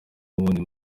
ubundi